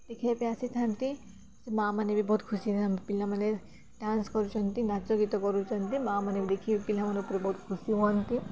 ଦେଖିବା ପାଇଁ ଆସିଥାନ୍ତି ସେ ମା'ମାନେ ବି ବହୁତ ଖୁସି ପିଲାମାନେ ଡାନ୍ସ କରୁଛନ୍ତି ନାଚ ଗୀତ କରୁଛନ୍ତି ମା'ମାନେ ଦେଖି ପିଲାମାନ ଉପରେ ବହୁତ ଖୁସି ହୁଅନ୍ତି